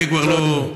אני כבר לא,